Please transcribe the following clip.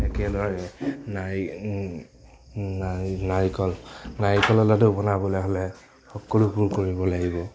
একেলৰে নাৰি নাৰি নাৰিকল নাৰিকলৰ লাডু বনাবলে হ'লে সকলোবোৰ কৰিব লাগিব